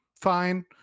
fine